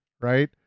right